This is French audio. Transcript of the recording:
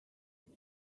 vous